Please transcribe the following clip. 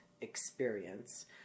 experience